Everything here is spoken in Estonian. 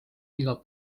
igal